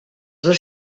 dos